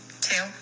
Two